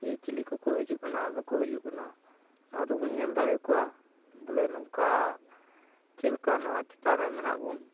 ᱡᱮ ᱪᱤᱞᱤ ᱠᱚᱠᱚ ᱦᱤᱡᱩᱜ ᱠᱟᱱᱟ ᱵᱟᱠᱚ ᱦᱤᱡᱩᱜ ᱠᱟᱱᱟ ᱱᱚᱣᱟ ᱫᱚᱵᱚᱱ ᱧᱮᱞ ᱫᱟᱲᱮᱭᱟ ᱠᱚᱣᱟ ᱵᱚᱞᱮ ᱱᱚᱝᱠᱟ ᱪᱮᱫ ᱞᱮᱠᱟ ᱱᱚᱣᱟ ᱪᱮᱛᱟᱱ ᱨᱮ ᱢᱮᱱᱟᱜ ᱵᱚᱱ